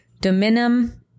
dominum